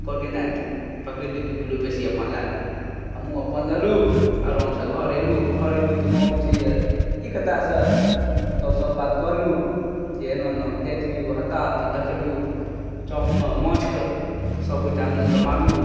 कहलकै नहि तू पकड़ेलही दू किलो बेसी अपन लए ले हमहूँ अपन लेलहुॅं आरामसँ घर एलहुॅं घर एलहुॅं तऽ माँ पूछैया ई कतयसँ तब सब बात कहलहुॅं जे एना एना जाइत रहियौ हत्ता तऽ देखलियौ चाँपमे माछके तऽ सबगोटा मिल कऽ मारलहुॅं